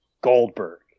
Goldberg